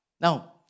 Now